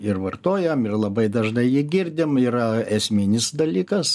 ir vartojam ir labai dažnai jį girdim yra esminis dalykas